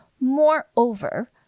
Moreover